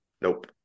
Nope